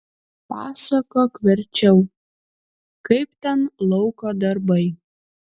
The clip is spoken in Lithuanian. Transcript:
pasakok verčiau kaip ten lauko darbai